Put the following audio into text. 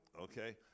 Okay